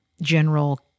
general